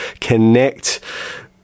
connect